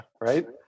Right